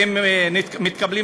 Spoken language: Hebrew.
והם מתקבלים